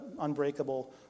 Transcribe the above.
unbreakable